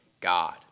God